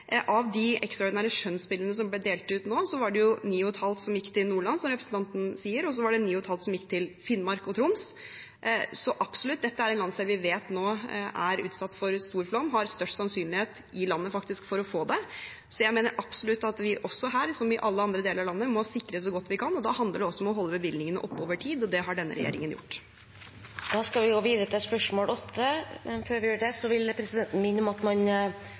og 9,5 mill. kr gikk til Finnmark og Troms. Dette er en landsdel vi vet er utsatt for flom nå og har størst sannsynlighet i landet faktisk å få det. Jeg mener vi også her, som i alle andre deler av landet, må sikre så godt vi kan. Da handler det om å holde bevilgningene oppe over tid, og det har denne regjeringen gjort. Presidenten vil minne om at man henvender seg til presidenten når man tar ordet i stortingssalen. Vi går da tilbake til spørsmål 8. Dette spørsmålet, fra Bengt Fasteraune til olje- og energiministeren, er overført til kommunal- og moderniseringsministeren som rette vedkommende. «Mye snø i fjellet og gradvis varmere vær gjør at NVE har varslet at det